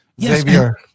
Xavier